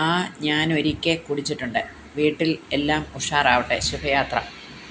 ആ ഞാൻ ഒരിക്കൽ കുടിച്ചിട്ടുണ്ട് വീട്ടിൽ എല്ലാം ഉഷാറാവട്ടെ ശുഭയാത്ര